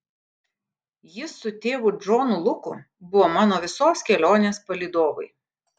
jis su tėvu džonu luku buvo mano visos kelionės palydovai